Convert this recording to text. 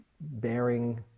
bearing